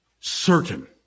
certain